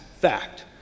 fact